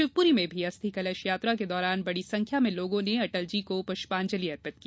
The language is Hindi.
शिवपुरी में भी अस्थि कलश यात्रा के दौरान बड़ी संख्या में लोगों ने अटलजी को प्रष्पांजलि अर्पित की